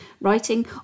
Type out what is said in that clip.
writing